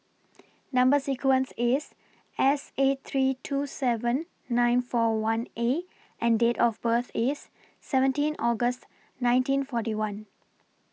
Number sequence IS S eight three two seven nine four one A and Date of birth IS seventeen August nineteen forty one